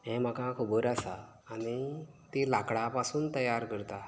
हे म्हाका खबर आसा आनी ती लाकडा पसून तयार करता